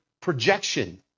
projection